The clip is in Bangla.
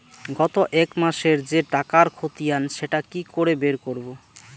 গত এক মাসের যে টাকার খতিয়ান সেটা কি করে বের করব?